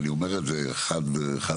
ואני אומר את זה חד וחלק,